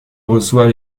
reçoit